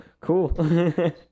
Cool